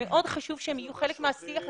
מאוד חשוב שהם יהיו חלק מהשיח הזה.